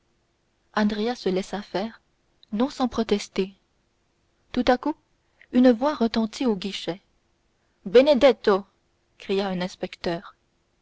se laissa faire non sans protester tout à coup une voix retentit au guichet benedetto criait un inspecteur